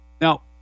Now